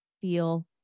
feel